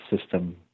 system